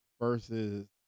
versus